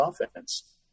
offense